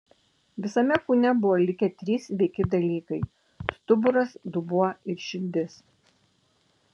visame kūne buvo likę trys sveiki dalykai stuburas dubuo ir širdis